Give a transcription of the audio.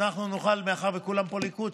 מאחר שכולם פה ליכוד,